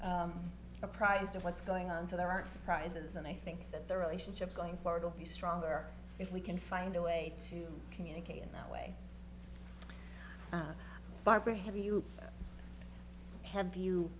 one apprised of what's going on so there aren't surprises and i think that the relationship going forward will be stronger if we can find a way to communicate in that way barbara have you have you